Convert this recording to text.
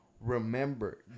remember